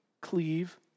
cleave